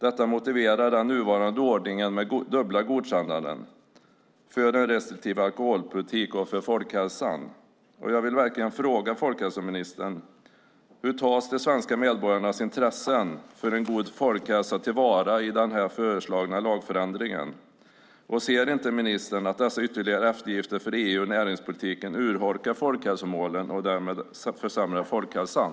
Detta motiverar den nuvarande ordningen med dubbla godkännanden - för en restriktiv alkoholpolitik och för folkhälsan. Jag vill verkligen fråga folkhälsoministern: Hur tillvaratas de svenska medborgarnas intresse för en god folkhälsa i den föreslagna lagändringen? Ser inte ministern att dessa ytterligare eftergifter för EU och näringspolitiken urholkar folkhälsomålen och därmed försämrar folkhälsan?